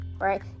right